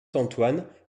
antoine